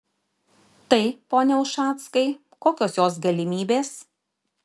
tai pone ušackai kokios jos galimybės